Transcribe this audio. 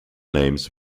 names